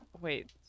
Wait